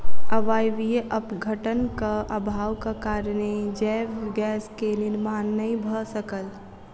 अवायवीय अपघटनक अभावक कारणेँ जैव गैस के निर्माण नै भअ सकल